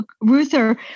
Ruther